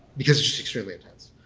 because it's extremely intense.